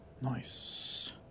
Nice